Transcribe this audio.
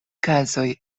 kazoj